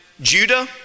Judah